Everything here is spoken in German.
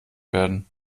werden